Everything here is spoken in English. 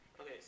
Okay